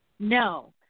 No